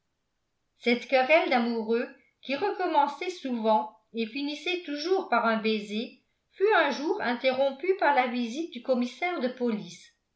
cette querelle d'amoureux qui recommençait souvent et finissait toujours par un baiser fut un jour interrompue par la visite du commissaire de police